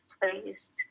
placed